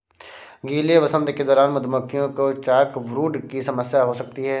गीले वसंत के दौरान मधुमक्खियों को चॉकब्रूड की समस्या हो सकती है